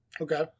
Okay